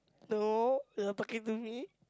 no you are talking to me